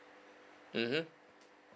mmhmm